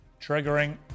triggering